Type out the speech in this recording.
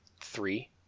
three